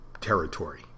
territory